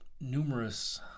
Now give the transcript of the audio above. numerous